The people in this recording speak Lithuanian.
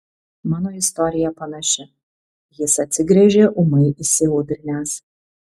mano istorija panaši jis atsigręžė ūmai įsiaudrinęs